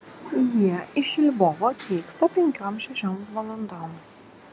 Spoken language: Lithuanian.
jie iš lvovo atvyksta penkioms šešioms valandoms